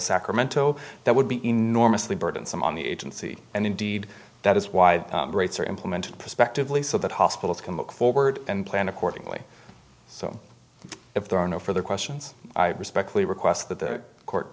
sacramento that would be enormously burdensome on the agency and indeed that is why the rates are implemented prospectively so that hospitals can look forward and plan accordingly so if there are no further questions i respectfully request